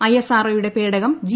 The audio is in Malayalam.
ഐ എസ് ആർ ഒയുടെ പേടകം ജി